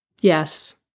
yes